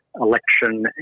election